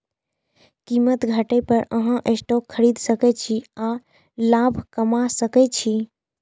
कीमत घटै पर अहां स्टॉक खरीद सकै छी आ लाभ कमा सकै छी